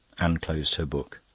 anne closed her book.